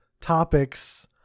topics